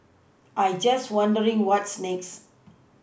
I'm just wondering what's next